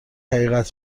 حقیقت